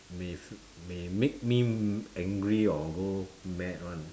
may may make me angry or go mad [one]